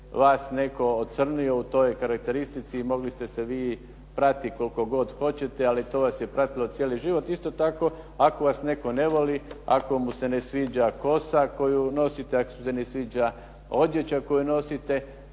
vlast netko ocrnio u toj karakteristici. Mogli ste se vi prati koliko god hoćete, ali to vas je pratilo cijeli život. Isto tako, ako vas netko ne voli, ako mu se ne sviđa kosa koju nosite, ako mu se ne sviđa odjeća koju nosite,